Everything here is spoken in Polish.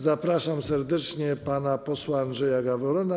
Zapraszam serdecznie pana posła Andrzeja Gawrona.